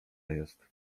jest